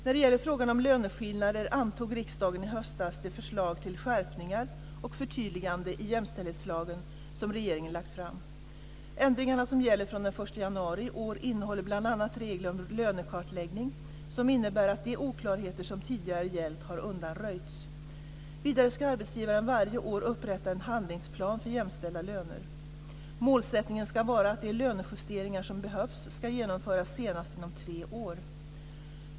När det gäller frågan om löneskillnader antog riksdagen i höstas det förslag till skärpningar och förtydliganden i jämställdhetslagen som regeringen lagt fram. Ändringarna som gäller från den 1 januari i år innehåller bl.a. regler om lönekartläggning, som innebär att de oklarheter som tidigare gällt har undanröjts. Vidare ska arbetsgivaren varje år upprätta en handlingsplan för jämställda löner. Målsättningen ska vara att de lönejusteringar som behövs ska genomföras senast inom tre år.